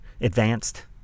advanced